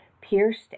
pierced